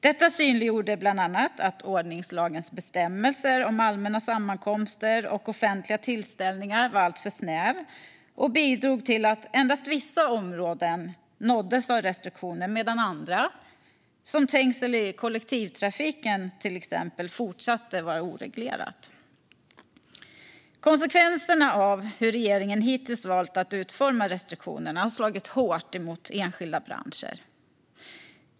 Detta synliggjorde bland annat att ordningslagens bestämmelser om allmänna sammankomster och offentliga tillställningar var alltför snäv och bidrog till att endast vissa områden nåddes av restriktioner medan andra, som trängsel i kollektivtrafiken, fortsatte att vara oreglerade. Konsekvenserna av hur regeringen hittills valt att utforma restriktionerna har slagit hårt mot enskilda branscher.